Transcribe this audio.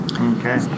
Okay